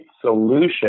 solution